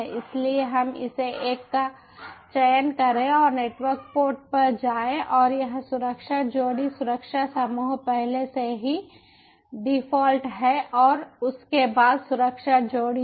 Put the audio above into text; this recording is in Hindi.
इसलिए हम इसे एक का चयन करें और नेटवर्क पोर्ट पर जाएं और यह सुरक्षा जोड़ी सुरक्षा समूह पहले से ही डिफ़ॉल्ट है और उसके बाद सुरक्षा जोड़ी है